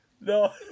No